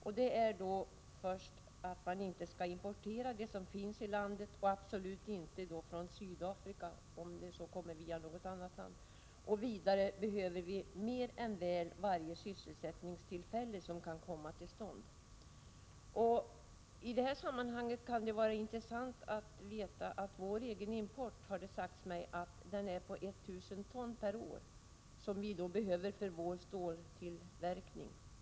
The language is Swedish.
Den första anledningen är att man inte skall importera sådant som finns inom landet och absolut inte från Sydafrika, om det så kommer via något annat land. Vidare behöver vi mer än väl varje sysselsättningstillfälle som kan komma till stånd. I det här sammanhanget kan det ju vara intressant att veta att vår egen import, har det sagts mig, är på 1 000 ton per år. Det är alltså det vanadin som vi behöver för vår ståltillverkning.